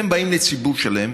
אתם באים לציבור שלם